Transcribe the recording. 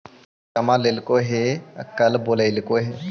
आज जमा लेलको कल बोलैलको हे?